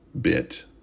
bit